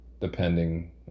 depending